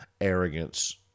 arrogance